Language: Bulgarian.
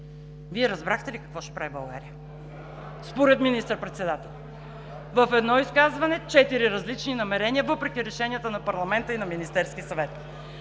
Вие разбрахте ли какво ще прави България според министър-председателя? (Реплика от ГЕРБ: „Да!“) В едно изказване четири различни намерения, въпреки решенията на парламента и на Министерския съвет.